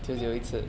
then